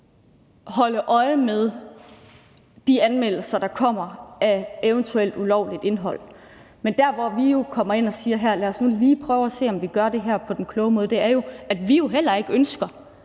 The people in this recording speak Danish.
holde øje med de anmeldelser, der kommer af eventuelt ulovligt indhold, men når vi kommer ind og ønsker, at vi lige skal prøve at se, om vi gør det på den kloge måde, er det jo, fordi vi heller ikke ønsker,